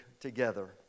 together